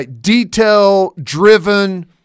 detail-driven